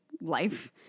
life